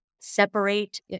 separate